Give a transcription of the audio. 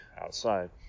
outside